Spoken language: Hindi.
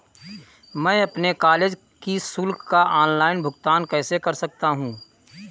मैं अपने कॉलेज की शुल्क का ऑनलाइन भुगतान कैसे कर सकता हूँ?